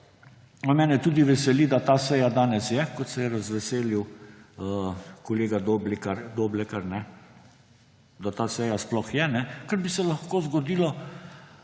Mene tudi veseli, da ta seja danes je, kot se je jo razveselil kolega Doblekar, da ta seja je, ker bi se lahko zgodilo,